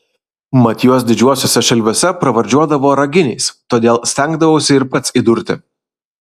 mat juos didžiuosiuose šelviuose pravardžiuodavo raginiais todėl stengdavausi ir pats įdurti